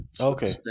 Okay